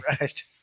Right